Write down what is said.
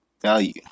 value